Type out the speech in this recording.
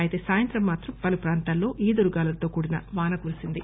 అయితే సాయంత్రం మాత్రం పలు ప్రాంతాల్లో ఈదురుగాలులతో కూడిన వాన కురిసింది